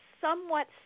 somewhat